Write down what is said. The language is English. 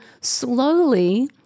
slowly